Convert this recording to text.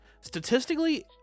Statistically